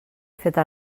feta